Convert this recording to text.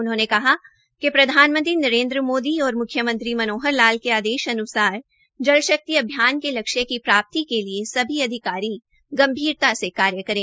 उन्होंने कहा कि प्रधानमंत्री नरेन्द्र मोदी और म्ख्यमंत्री मनोहर लाल के आदेशान्सार जल शक्ति अभियान के लक्ष्य की प्राप्ति के लिए सभी अधिकारी गंभीरता से कार्य करें